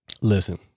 Listen